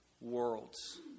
worlds